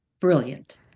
brilliant